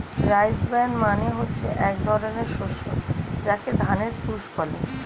rice bran মানে হচ্ছে এক ধরনের শস্য যাকে ধানের তুষ বলে